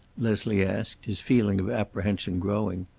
leslie asked, his feeling of apprehension growing.